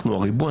אנחנו הריבון,